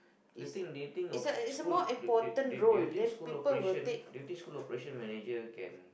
the thing they think of school they they they think they think school operation they think school operation manager can